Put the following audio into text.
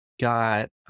got